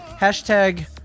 Hashtag